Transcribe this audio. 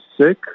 sick